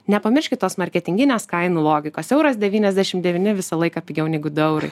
nepamirškit tos marketinginės kainų logikos euras devyniasdešim devyni visą laiką pigiau negu du eurai